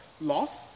loss